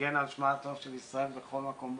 שמגן על שמה הטוב של מדינת ישראל בכל מקום בעולם,